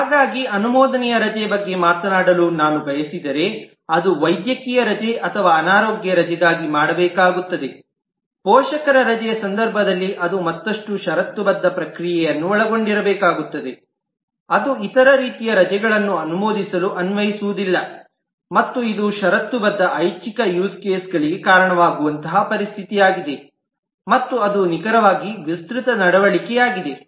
ಹಾಗಾಗಿ ಅನುಮೋದನೆ ರಜೆ ಬಗ್ಗೆ ಮಾತನಾಡಲು ನಾನು ಬಯಸಿದರೆ ಅದು ವೈದ್ಯಕೀಯ ರಜೆ ಅಥವಾ ಅನಾರೋಗ್ಯ ರಜೆಗಾಗಿ ಮಾಡಬೇಕಾಗುತ್ತದೆಪೋಷಕರ ರಜೆಯ ಸಂದರ್ಭದಲ್ಲಿ ಅದು ಮತ್ತಷ್ಟು ಷರತ್ತುಬದ್ಧ ಪ್ರಕ್ರಿಯೆಯನ್ನು ಒಳಗೊಂಡಿರಬೇಕಾಗುತ್ತದೆ ಅದು ಇತರ ರೀತಿಯ ರಜೆಗಳನ್ನು ಅನುಮೋದಿಸಲು ಅನ್ವಯಿಸುವುದಿಲ್ಲ ಮತ್ತು ಇದು ಷರತ್ತುಬದ್ಧ ಐಚ್ಛಿಕ ಯೂಸ್ ಕೇಸ್ಗಳಿಗೆ ಕಾರಣವಾಗುವಂತಹ ಪರಿಸ್ಥಿತಿಯಾಗಿದೆ ಮತ್ತು ಅದು ನಿಖರವಾಗಿ ವಿಸ್ತೃತ ನಡವಳಿಕೆಯಾಗಿದೆ